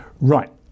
Right